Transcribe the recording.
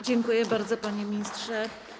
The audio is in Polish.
Dziękuję bardzo, panie ministrze.